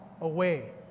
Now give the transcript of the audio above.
away